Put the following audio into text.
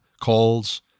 calls